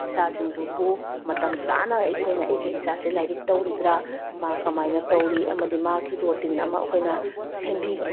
ꯏꯆꯥꯁꯤꯡꯗꯨꯕꯨ ꯃꯇꯝ ꯆꯥꯅ ꯑꯩꯈꯣꯏꯅ ꯑꯩꯒꯤ ꯏꯆꯥꯁꯦ ꯂꯥꯏꯔꯤꯛ ꯇꯧꯔꯤꯕ꯭ꯔꯥ ꯃꯥ ꯀꯃꯥꯏꯅ ꯇꯧꯔꯤ ꯑꯃꯗꯤ ꯃꯍꯥꯛꯀꯤ ꯔꯣꯇꯤꯟ ꯑꯃ ꯑꯩꯈꯣꯏꯅ ꯁꯦꯝꯕꯤꯕ